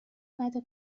بعده